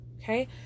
Okay